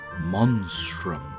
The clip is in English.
Monstrum